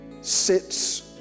sits